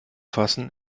fassen